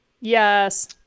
Yes